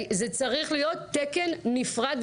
זה צריך להיות תקן מופרד,